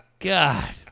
God